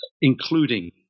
including